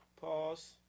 Pause